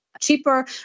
cheaper